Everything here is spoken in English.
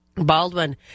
Baldwin